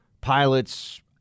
pilots